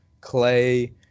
clay